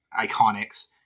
iconics